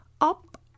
Up